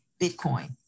Bitcoin